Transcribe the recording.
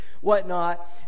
whatnot